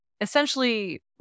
essentially